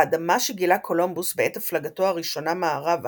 האדמה שגילה קולומבוס בעת הפלגתו הראשונה מערבה